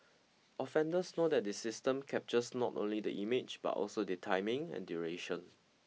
offenders know that the system captures not only the image but also the timing and duration